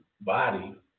body